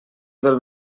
del